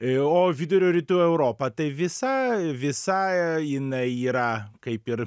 i o vidurio rytų europa tai visa visa jinai yra kaip ir